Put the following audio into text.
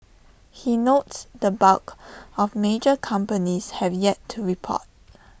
he notes the bulk of major companies have yet to report